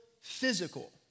physical